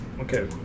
Okay